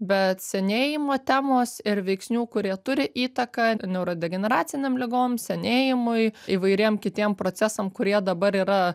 bet senėjimo temos ir veiksnių kurie turi įtaką neurodegeneracinėm ligom senėjimui įvairiem kitiem procesam kurie dabar yra